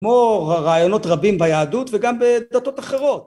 כמו רעיונות רבים ביהדות וגם בדתות אחרות.